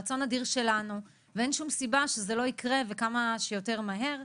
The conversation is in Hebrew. רצון אדיר שלנו ואין שום סיבה שזה לא יקרה וכמה שיותר מהר.